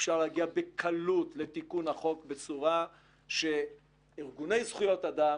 אפשר להגיע בקלות לתיקון החוק בצורה שארגוני זכויות אדם